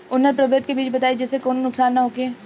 उन्नत प्रभेद के बीज बताई जेसे कौनो नुकसान न होखे?